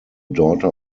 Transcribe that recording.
daughter